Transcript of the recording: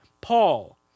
Paul